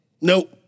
Nope